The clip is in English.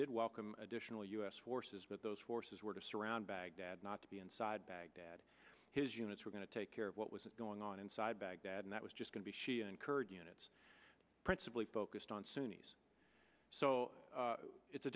did welcome additional u s forces but those forces were to surround baghdad not to be inside baghdad his units were going to take care of what was going on inside baghdad and that was just going to be shia and kurd units principally focused on suni's so it's a